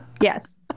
Yes